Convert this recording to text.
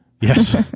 Yes